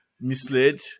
misled